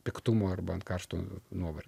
piktumo arba ant karšto nuovargio